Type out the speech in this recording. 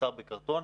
מפוסטר בקרטון.